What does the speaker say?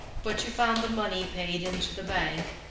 but you found the money paid into the bank.